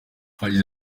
yagize